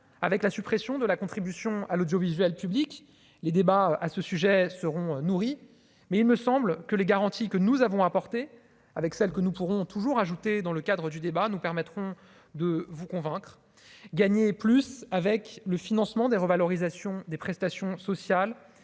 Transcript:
avec la suppression de la contribution à l'audiovisuel public, les débats à ce sujet seront nourris mais il me semble que les garanties que nous avons apporté avec celle que nous pourrons toujours ajouter dans le cadre du débat, nous permettront de vous convaincre, gagner plus avec le financement des revalorisations des prestations sociales,